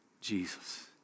Jesus